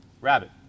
Rabbit